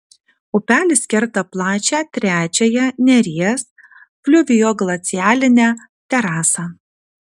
upelis kerta plačią trečiąją neries fliuvioglacialinę terasą